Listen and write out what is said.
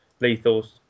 Lethal's